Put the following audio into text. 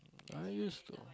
I used to